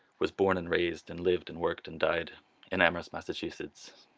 was born and raised and lived and worked and died in amherst, massachusetts.